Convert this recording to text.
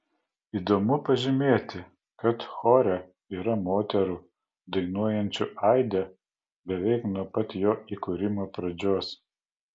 įdomu pažymėti kad chore yra moterų dainuojančių aide beveik nuo pat jo įkūrimo pradžios